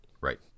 Right